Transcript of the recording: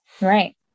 Right